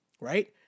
right